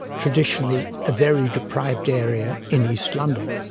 traditionally a very deprived area in east london.